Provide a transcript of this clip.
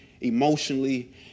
emotionally